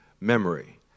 memory